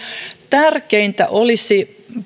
tärkeintä olisi